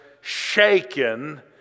shaken